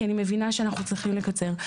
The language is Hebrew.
כי אני מבינה שאנחנו צריכים לקצר.